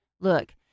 look